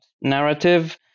narrative